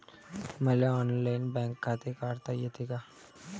मले online bank खाते काढता येते का?